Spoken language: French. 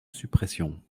suppression